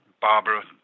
Barbara